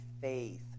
faith